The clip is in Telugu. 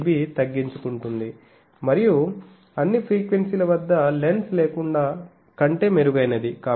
39dB తగ్గించుకుంటుంది మరియు అన్ని ఫ్రీక్వెన్సీల వద్ద లెన్స్ లేకుండా కంటే మెరుగైనది